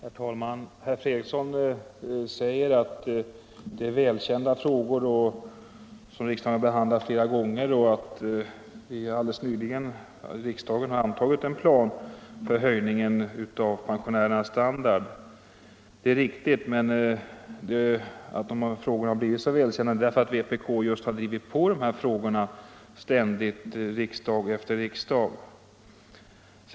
Herr talman! Herr Fredriksson säger att det här är välkända frågor, som riksdagen behandlat flera gånger, och att riksdagen alldeles nyligen har antagit en plan för höjning av pensionärernas standard. Det är riktigt, men anledningen till att frågorna har blivit så välkända är just att vpk ständigt har drivit på, riksdag efter riksdag.